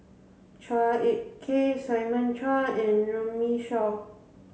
Chua Ek Kay Simon Chua and Runme Shaw